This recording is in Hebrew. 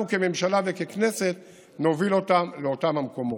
כממשלה וככנסת נוביל אותם לאותם המקומות.